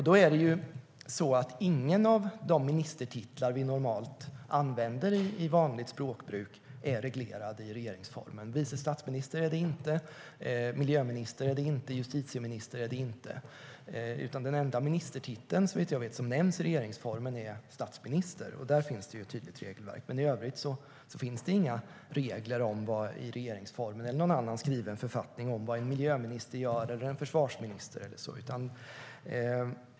Då är det så att ingen av de ministertitlar vi normalt använder i vanligt språkbruk är reglerade i regeringsformen. Vice statsminister är det inte, miljöminister är det inte och justitieminister är det inte. Den enda ministertitel som, såvitt jag vet, nämns i regeringsformen är statsminister, och där finns det ju ett tydligt regelverk. Men i övrigt finns det inga regler i regeringsformen eller i någon annan skriven författning om vad en miljöminister eller en försvarsminister gör.